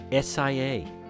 SIA